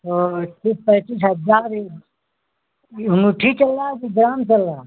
तो तीस पैंतीस हजार ये ये अँगूठी चल रहा है कि ग्राम चल रहा